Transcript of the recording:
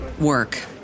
work